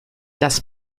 das